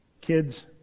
Kids